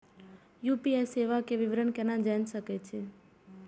UPI सेवा के विवरण केना जान सके छी?